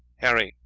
harry,